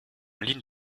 ligne